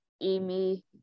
Amy